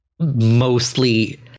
Mostly